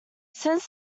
since